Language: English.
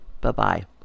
Bye-bye